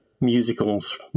musicals